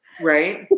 right